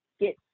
get